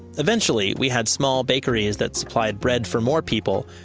eventually we had small bakeries that supplied bread for more people,